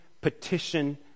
petition